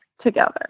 together